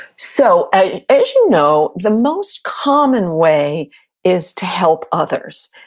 so, as you know, the most common way is to help others.